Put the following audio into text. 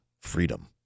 freedom